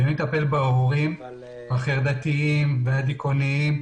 ומי מטפל בהורים החרדתיים והדיכאוניים.